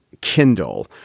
Kindle